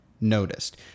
noticed